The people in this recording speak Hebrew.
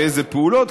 איזה פעולות,